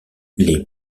les